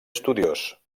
estudiós